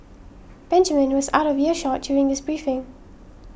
Benjamin was out of earshot during this briefing